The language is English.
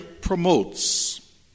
promotes